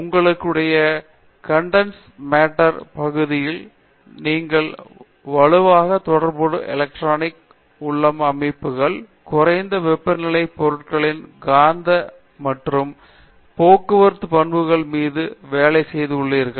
உங்களுடைய condensed matter பகுதியில் நீங்கள் வலுவாக தொடர்பு எலக்ட்ரான் அமைப்புகள் குறைந்த வெப்பநிலையில் பொருட்களின் காந்த மற்றும் போக்குவரத்து பண்புகள் மீது வேலை செய்து உள்ளீர்கள்